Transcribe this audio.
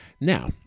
Now